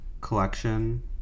collection